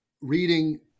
reading